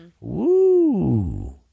Woo